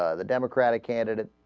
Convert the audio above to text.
ah the democratic candidate